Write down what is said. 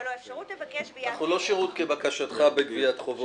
שתהיה לו אפשרות לבקש --- אנחנו לא שירות כבקשתך בגביית חובות,